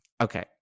okay